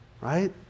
right